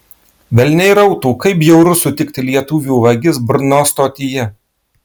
velniai rautų kaip bjauru sutikti lietuvių vagis brno stotyje